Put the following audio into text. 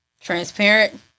transparent